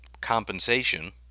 compensation